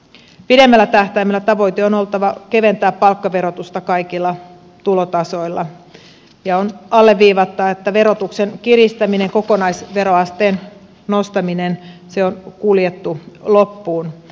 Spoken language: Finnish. pidemmällä tähtäimellä tavoitteen on oltava keventää palkkaverotusta kaikilla tulotasoilla ja on alleviivattava että verotuksen kiristämisen kokonaisveroasteen nostamisen tie on kuljettu loppuun